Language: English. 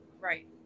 Right